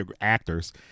actors